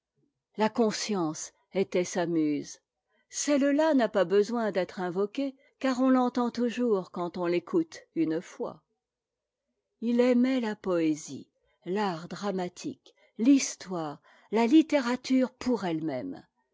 la conscience était sa muse celle-là n'a pas besoin d'être invoquée car on l'entend toujours quand on l'écoute une fois h aimait la poésie l'art dramatique l'histoire la littérature pour elle